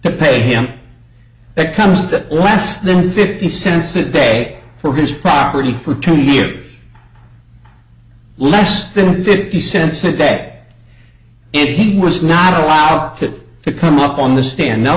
to pay him that comes that less than fifty cents a day for his property for two years less than fifty cents a day if he was not allow that to come up on the stand now